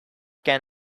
can